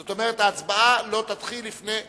זאת אומרת, ההצבעה לא תתחיל לפני 18:30,